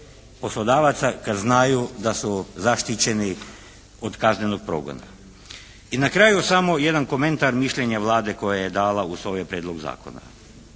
poslodavaca kad znaju da su zaštićeno kod kaznenog progona. I na kraju samo jedan komentar, mišljenje Vlade koje je dala usvojio prijedlog zakona.